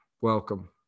welcome